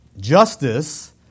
justice